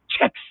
checks